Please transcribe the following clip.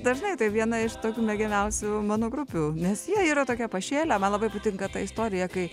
dažnai tai viena iš tokių mėgiamiausių mano grupių nes jie yra tokie pašėlę man labai patinka ta istorija kai